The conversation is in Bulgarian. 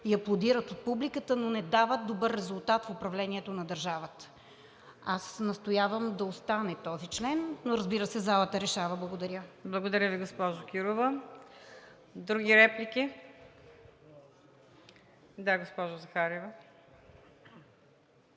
и аплодират от публиката, но не дават добър резултат в управлението на държавата. Настоявам да остане този член, но разбира се, залата решава. Благодаря. ПРЕДСЕДАТЕЛ МУКАДДЕС НАЛБАНТ: Благодаря Ви, госпожо Кирова. Други реплики? Госпожо Захариева.